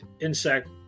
insect